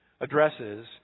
addresses